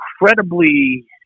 incredibly